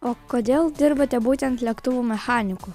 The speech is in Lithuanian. o kodėl dirbate būtent lėktuvų mechaniku